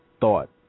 thought